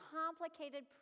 complicated